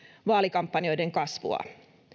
vaalikampanjoiden kasvua